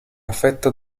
affetto